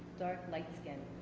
dark light skin.